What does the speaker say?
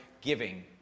giving